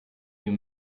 you